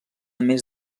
més